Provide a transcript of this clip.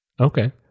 Okay